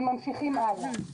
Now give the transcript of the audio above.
הם ממשיכים הלאה.